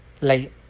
Late